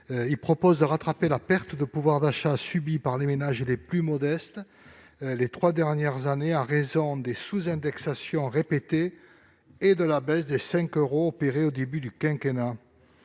vise à rattraper la perte de pouvoir d'achat subie par les ménages les plus modestes ces trois dernières années en raison des sous-indexations répétées et de la baisse de 5 euros opérée sur les APL au début du quinquennat.